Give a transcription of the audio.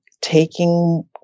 taking